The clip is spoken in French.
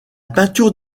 peinture